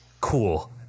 cool